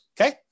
okay